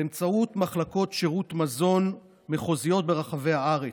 באמצעות מחלקות שירות מזון מחוזיות ברחבי הארץ.